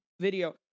video